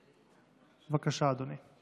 בבקשה, אדוני.